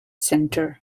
center